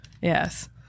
yes